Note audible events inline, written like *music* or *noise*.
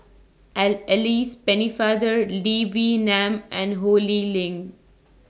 *unintelligible* Alice Pennefather Lee Wee Nam and Ho Lee Ling